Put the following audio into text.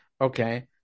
Okay